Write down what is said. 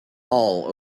all